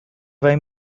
vai